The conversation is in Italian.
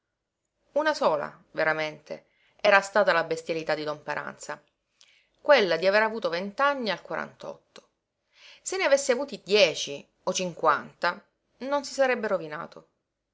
una sola veramente era stata la bestialità di don paranza quella di aver avuto vent'anni al quarantotto se ne avesse avuti dieci o cinquanta non si sarebbe rovinato